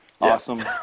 Awesome